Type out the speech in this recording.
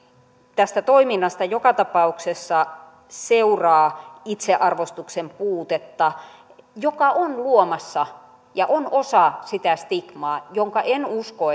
tästä toiminnasta joka tapauksessa seuraa itsearvostuksen puutetta joka on luomassa ja on osa sitä stigmaa jonka en usko